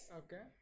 okay